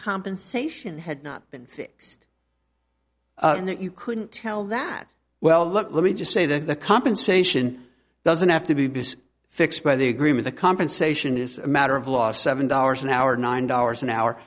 compensation had not been fixed and that you couldn't tell that well let me just say that the compensation doesn't have to be fixed by the agreement the compensation is a matter of law seven dollars an hour nine dollars an hour